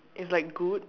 it's like good